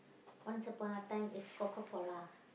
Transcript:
once upon a time it's call Coca-Cola